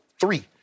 three